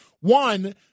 one